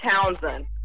Townsend